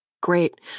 Great